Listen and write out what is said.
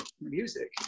music